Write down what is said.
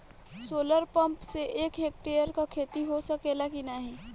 Solar pump से एक hectare क खेती हो सकेला की नाहीं?